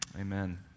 Amen